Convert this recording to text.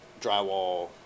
drywall